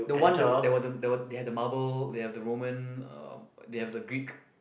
the one there were there they had the marble they have the Roman um they have the Greek